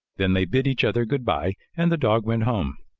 then they bid each other good-by and the dog went home.